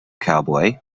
cowboy